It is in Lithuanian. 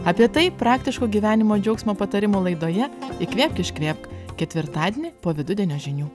apie tai praktiško gyvenimo džiaugsmo patarimų laidoje įkvėpk iškvėpk ketvirtadienį po vidudienio žinių